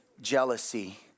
jealousy